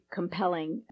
compelling